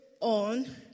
on